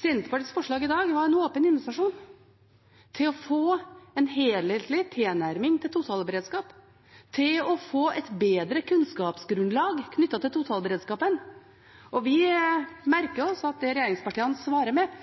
Senterpartiets forslag i dag var en åpen invitasjon til å få en helhetlig tilnærming til totalberedskap, til å få et bedre kunnskapsgrunnlag knyttet til totalberedskapen. Vi merker oss at det regjeringspartiene svarer med,